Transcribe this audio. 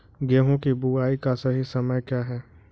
गेहूँ की बुआई का सही समय क्या है?